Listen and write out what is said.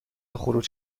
خروج